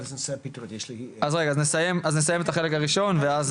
היה לנו פה לדעתי יותר מדיון אחד על "נייס-גיי" על צורותיו השונות,